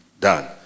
done